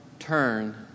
turn